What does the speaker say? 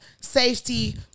safety